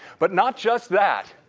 but not just that,